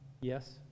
Yes